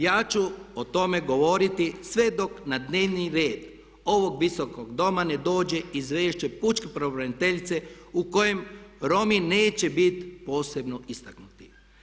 Ja ću o tome govoriti sve dok na dnevni red ovog Visokog doma ne dođe izvješće pučke pravobraniteljice u kojem Romi neće bit posebno istaknuti.